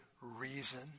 reason